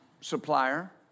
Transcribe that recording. supplier